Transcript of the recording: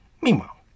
Meanwhile